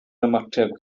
ymateb